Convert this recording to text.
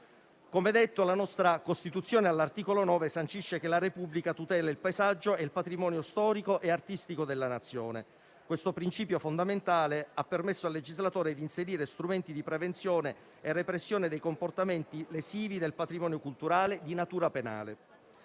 Come detto, la nostra Costituzione, all'articolo 9, sancisce che «la Repubblica tutela il paesaggio e il patrimonio storico e artistico della Nazione». Questo principio fondamentale ha permesso al legislatore di inserire strumenti di prevenzione e repressione dei comportamenti lesivi del patrimonio culturale di natura penale.